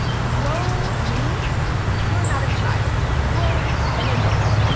grown means you're not a child, you're an adult.